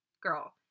Girl